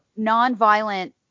nonviolent